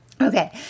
Okay